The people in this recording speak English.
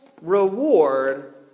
reward